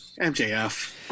MJF